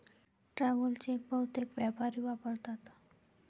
travel cheque बहुतेक व्यापारी वापरतात